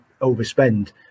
overspend